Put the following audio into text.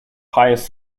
highest